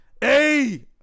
Hey